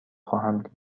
خواهم